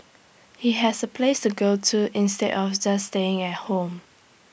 he has A place to go to instead of just staying at home